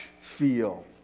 feel